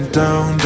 down